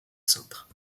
cintre